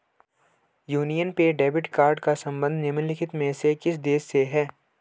Union pay debit card का संबंध निम्नलिखित में से किस देश से है?